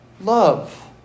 love